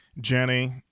Jenny